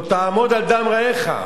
"לא תעמֹד על דם רעך",